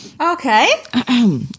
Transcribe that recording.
Okay